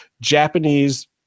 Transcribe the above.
Japanese